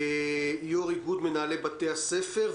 יושב-ראש איגוד מנהלי בתי הספר,